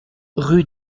rue